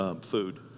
food